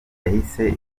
yahise